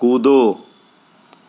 कूदो